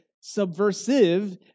subversive